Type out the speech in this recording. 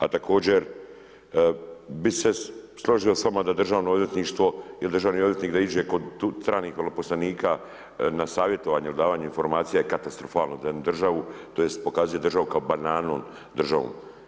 A također, bi se složio s vama da Državno odvjetništvo ili državni odvjetnik da iđe kod stranih veleposlanika na savjetovanje ili odavanje informacija je katastrofalno za jednu državu, tj. pokazuje državu kao bananom državom.